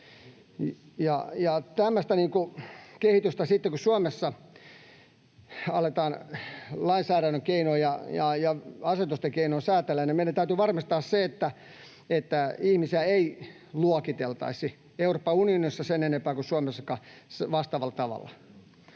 tämmöistä kehitystä aletaan Suomessa lainsäädännön ja asetusten keinoin säätelemään, niin meidän täytyy varmistaa se, että ihmisiä ei luokiteltaisi Euroopan unionissa sen enempää kuin Suomessakaan vastaavalla tavalla,